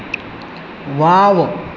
wow